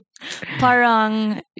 parang